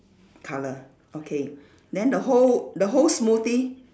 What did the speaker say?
colour okay then the whole the whole smoothie